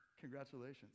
Congratulations